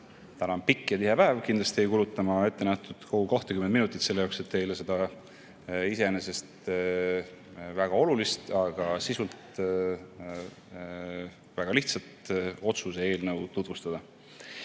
Täna on pikk ja tihe päev. Kindlasti ei kuluta ma kogu ettenähtud 20 minutit selle jaoks, et teile seda iseenesest väga olulist, aga sisult väga lihtsat otsuse eelnõu tutvustada.